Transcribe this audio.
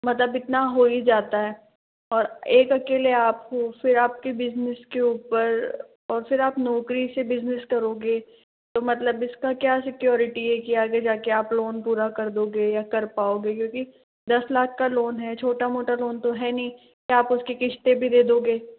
मतलब इतना हो ही जाता है और एक अकेले आप हो फिर आपके बिजनेस के ऊपर और फिर आप नौकरी से बिजनेस करोगे तो मतलब इसका क्या सिक्योरिटि है कि आगे जाकर आप लोन पूरा कर दोगे या कर पाओगे क्योंकि दस लाख का लोन है छोटा मोटा लोन तो है नहीं कि आप उसकी किश्तें भी दे दोगे